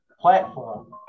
platform